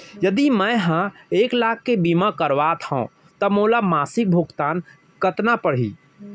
यदि मैं ह एक लाख के बीमा करवात हो त मोला मासिक भुगतान कतना पड़ही?